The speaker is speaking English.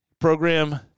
program